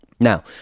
Now